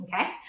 Okay